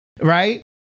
Right